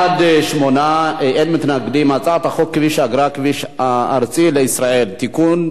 ההצעה להעביר את הצעת חוק כביש אגרה (כביש ארצי לישראל) (תיקון,